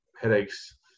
headaches